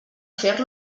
fer